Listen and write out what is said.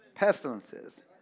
Pestilences